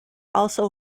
also